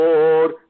Lord